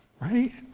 right